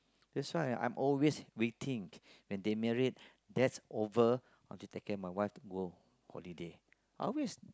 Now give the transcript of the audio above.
that's why I'm always waiting when they married that's over I'll take care my wife to go holiday